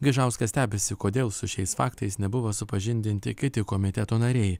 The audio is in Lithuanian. gaižauskas stebisi kodėl su šiais faktais nebuvo supažindinti kiti komiteto nariai